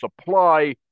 supply